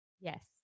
Yes